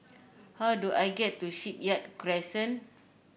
how do I get to Shipyard Crescent